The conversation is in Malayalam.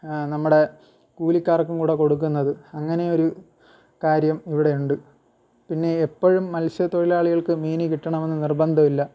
നമ്മുടെ കൂലിക്കാർക്കും കൂടെ കൊടുക്കുന്നത് അങ്ങനെയൊരു കാര്യം ഇവിടെയുണ്ട് പിന്നെ എപ്പോഴും മത്സ്യത്തൊഴിലാളികൾക്കും മീൻ കിട്ടണമെന്ന് നിർബന്ധമില്ല